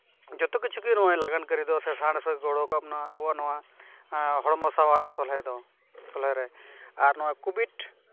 ᱡᱚᱛᱚ ᱠᱤᱪᱷᱩ ᱜᱮ ᱱᱚᱣᱟ ᱞᱟᱜᱟᱱ ᱠᱟᱹᱨᱤ ᱥᱮ ᱥᱟᱬᱮᱥᱮ ᱜᱚᱲᱚ ᱠᱟᱫ ᱵᱚᱱᱟ ᱟᱵᱚᱣᱟᱜ ᱱᱚᱣᱟ ᱦᱚᱲᱢᱚ ᱥᱟᱶᱟᱨ ᱥᱚᱞᱦᱮ ᱫᱚ ᱥᱚᱞᱦᱮ ᱨᱮ ᱟᱨ ᱱᱚᱣᱟ ᱠᱳᱵᱷᱤᱰ